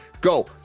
go